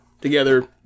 together